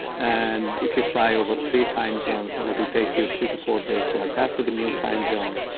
and if you fly over three time zones then it will take you three to four days to adapt to the new time zone,